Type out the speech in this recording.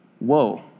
whoa